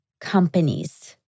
companies